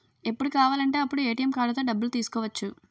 ఎప్పుడు కావాలంటే అప్పుడు ఏ.టి.ఎం కార్డుతో డబ్బులు తీసుకోవచ్చు